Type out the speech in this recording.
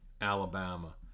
Alabama